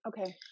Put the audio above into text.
Okay